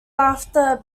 after